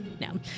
No